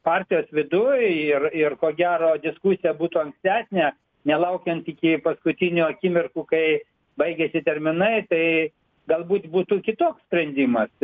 partijos viduj ir ir ko gero diskusija būtų ankstesnė nelaukiant iki paskutinių akimirkų kai baigiasi terminai tai galbūt būtų kitoks sprendimas